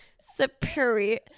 Superior